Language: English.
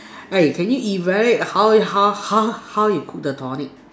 eh can you evaluate how how how how you cook the tonic